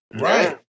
Right